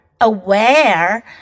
aware